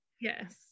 Yes